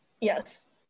yes